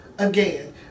Again